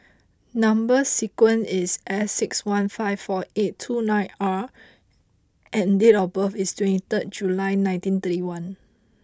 number sequence is S six one five four eight two nine R and date of birth is twenty third July nineteen thirty one